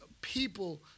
people